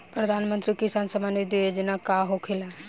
प्रधानमंत्री किसान सम्मान निधि योजना का होखेला?